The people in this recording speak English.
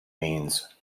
means